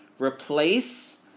replace